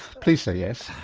please say yes!